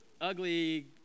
ugly